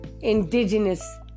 Indigenous